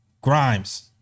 Grimes